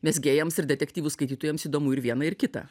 mezgėjams ir detektyvų skaitytojams įdomu ir viena ir kita